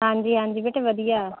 ਹਾਂਜੀ ਹਾਂਜੀ ਬੇਟੇ ਵਧੀਆ